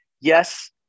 yes